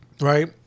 Right